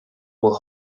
will